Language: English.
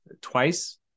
twice